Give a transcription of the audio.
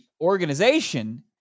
organization